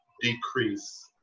decrease